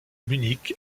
munich